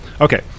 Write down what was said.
Okay